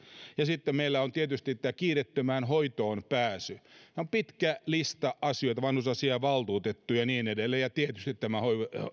ja sitten meillä on tietysti tämä kiireettömään hoitoon pääsy tämä on pitkä lista asioita on vanhusasiainvaltuutettu ja niin edelleen ja tietysti on tämä